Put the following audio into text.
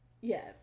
Yes